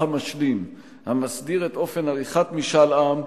המשלים המסדיר את אופן עריכת משאל עם,